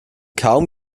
kaum